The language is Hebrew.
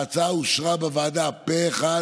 ההצעה אושרה בוועדה פה אחד